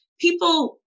People